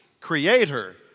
creator